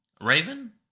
raven